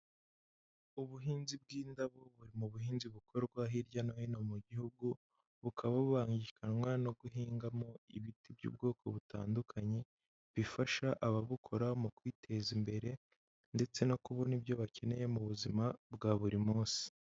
Ubuhinzi bw'indabo buri mu buhinzi bukorwa hirya no hino mu gihugu, bukaba bubangikanwa no guhingamo ibiti by'ubwoko butandukanye, bifasha ababukora mu kwiteza imbere ndetse no kubona ibyo bakeneye mu buzima bwa buri munsi.